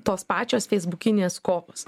tos pačios feisbukinės kovos